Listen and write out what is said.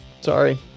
Sorry